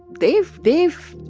they've, they've.